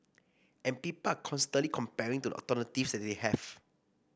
and people are constantly comparing to the alternatives that they have